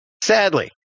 Sadly